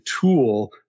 tool